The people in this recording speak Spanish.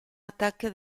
ataque